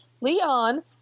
Leon